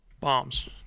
bombs